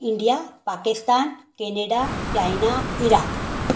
India Pakistan Canada China Iraq